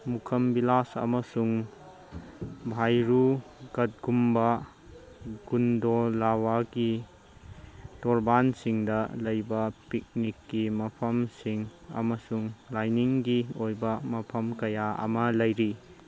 ꯃꯨꯈꯝ ꯕꯤꯂꯥꯁ ꯑꯃꯁꯨꯡ ꯚꯥꯏꯔꯨ ꯒꯠꯀꯨꯝꯕ ꯒꯨꯟꯗꯣꯂꯕꯥꯀꯤ ꯇꯣꯔꯕꯥꯟꯁꯤꯡꯗ ꯂꯩꯕ ꯄꯤꯛꯅꯤꯛꯀꯤ ꯃꯐꯝꯁꯤꯡ ꯑꯃꯁꯨꯡ ꯂꯥꯏꯅꯤꯡꯒꯤ ꯑꯣꯏꯕ ꯃꯐꯝ ꯀꯌꯥ ꯑꯃ ꯂꯩꯔꯤ